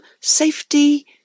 safety